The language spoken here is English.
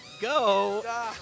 Go